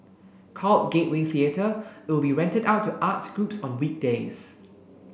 called Gateway Theatre it will be rented out to arts groups on weekdays